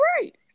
right